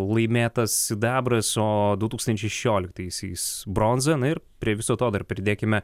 laimėtas sidabras o du tūkstančiai šešioliktaisiais bronza na ir prie viso to dar pridėkime